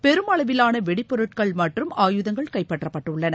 பெருமளவிலான வெடிப் பொருட்கள் மற்றும் ஆயுதங்கள் கைப்பற்றப்பட்டுள்ளன